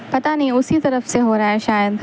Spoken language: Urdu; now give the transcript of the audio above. پتا نہیں اسی طرف سے ہو رہا ہے شاید